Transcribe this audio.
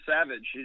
savage